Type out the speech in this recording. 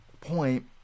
point